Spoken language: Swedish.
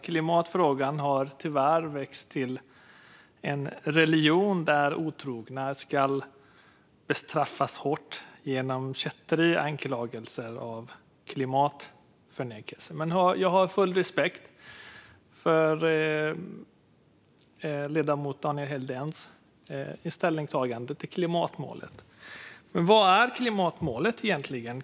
Klimatfrågan har tyvärr vuxit till en religion där otrogna ska bestraffas hårt genom anklagelser om kätteri och klimatförnekelse, även om jag har full respekt för ledamotens ställningstagande när det gäller klimatmålet. Men vad är egentligen klimatmålet?